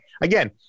again